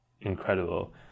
incredible